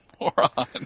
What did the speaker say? moron